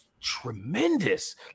tremendous